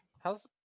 How's